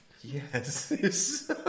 Yes